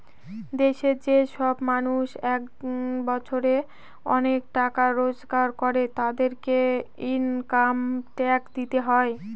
দেশে যে সব মানুষ এক বছরে অনেক টাকা রোজগার করে, তাদেরকে ইনকাম ট্যাক্স দিতে হয়